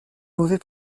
mauvais